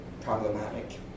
problematic